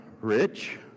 rich